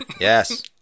Yes